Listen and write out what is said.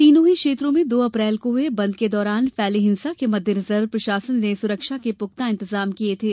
तीनों ही क्षेत्रों में दो अप्रैल को हुए बंद के दौरान फैली हिंसा के मद्देनजर प्रशासन ने सुरक्षा के पुख्ता इंतजाम किए थे